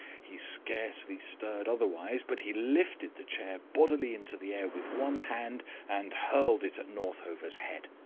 he scarcely stirred otherwise, but he lifted the chair bodily into the air with one hand and hurled it at northover's head.